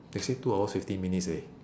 they say two hours fifteen minutes eh